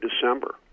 December